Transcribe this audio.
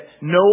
no